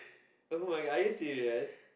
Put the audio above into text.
[oh]-my-god are you serious